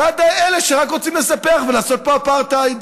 ועד אלה שרק רוצים לספח ולעשות פה אפרטהייד